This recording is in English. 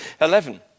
11